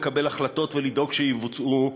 לקבל החלטות ולדאוג שיבוצעו,